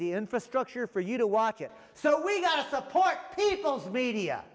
the infrastructure for you to watch it so we support people's media